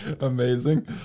amazing